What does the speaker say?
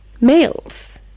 males